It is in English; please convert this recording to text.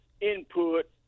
input